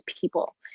people